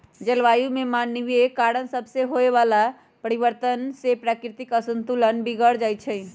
जलवायु में मानवीय कारण सभसे होए वला परिवर्तन से प्राकृतिक असंतुलन बिगर जाइ छइ